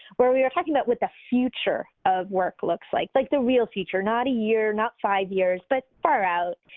where we were talking about what the future of work looks like, like the real future, not a year, not five years, but far out,